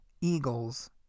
Eagles